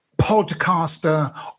podcaster